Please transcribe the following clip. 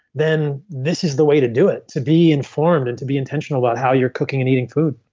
then this is the way to do it. to be informed and to be intentional about how you're cooking and eating food